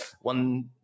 one